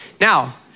Now